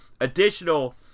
additional